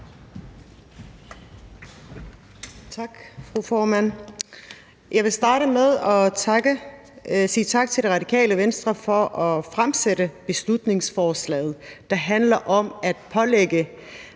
Tak, fru formand. Jeg vil starte med at sige tak til Det Radikale Venstre for at fremsætte beslutningsforslaget, der handler om at pålægge